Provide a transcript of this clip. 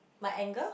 my anger